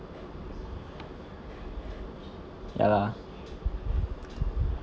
ya lah